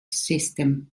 system